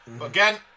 again